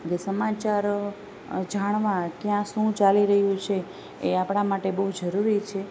એટલે સમાચાર જાણવા કયા શું ચાલી રહ્યું છે એ આપણા માટે બહુ જરૂરી છે